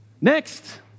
Next